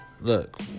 look